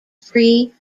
free